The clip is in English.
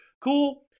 Cool